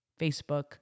Facebook